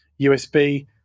USB